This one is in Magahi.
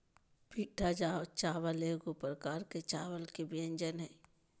पीटा चावल एगो प्रकार के चावल के व्यंजन हइ